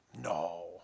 No